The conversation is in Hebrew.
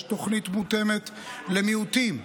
יש תוכנית מותאמת למיעוטים,